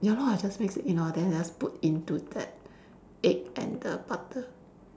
ya lor I just mix it in lor then I just put into that egg and the butter